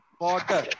Water